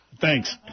Thanks